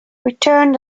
returned